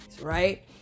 right